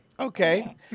Okay